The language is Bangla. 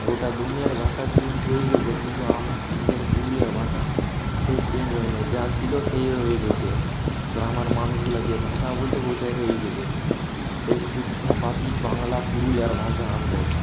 গোটা দুনিয়ার ভাষা চেঞ্জ হয়ে গিয়েছে কিন্তু আমাদের পুরুলিয়ার ভাষা সেই চেঞ্জ হয় নাই যা ছিল সেই রয়ে গিয়েছে গ্রামের মানুষগুলো যে ভাষা বলত ওটাই রয়ে গিয়েছে সেই শুদ্ধ পাতি বাংলা পুরুলিয়ার ভাষা আমাদের